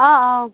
অঁ অঁ